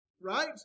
right